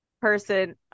person